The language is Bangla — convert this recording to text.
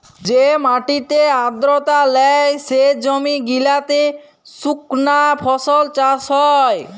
যে মাটিতে আদ্রতা লেই, সে জমি গিলাতে সুকনা ফসল চাষ হ্যয়